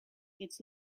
its